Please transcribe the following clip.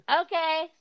Okay